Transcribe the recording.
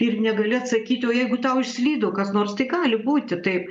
ir negali atsakyti o jeigu tau išslydo kas nors tai gali būti taip